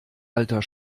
alter